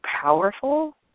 powerful